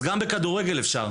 אז גם בכדורגל אפשר.